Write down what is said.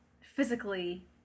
physically